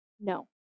No